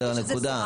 זו הנקודה.